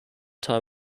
time